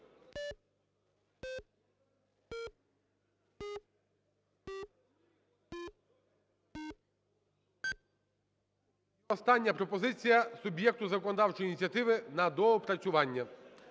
Остання пропозиція – суб'єкту законодавчої ініціативи на доопрацювання.